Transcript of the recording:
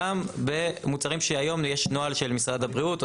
גם במוצרים שהיום יש נוהל של משרד הבריאות או